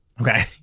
Okay